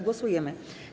Głosujemy.